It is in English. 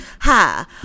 ha